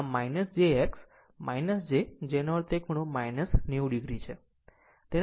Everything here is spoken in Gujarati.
આમ j x j જેનો અર્થ તે ખૂણો - 90o છે